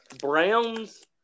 Browns